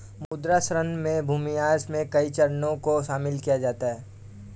मृदा क्षरण में भूमिह्रास के कई चरणों को शामिल किया जाता है